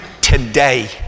today